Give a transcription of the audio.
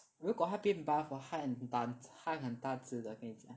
如果他变 buff hor 他很 but 他很大只的跟你讲